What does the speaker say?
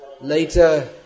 later